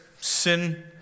sin